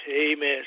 amen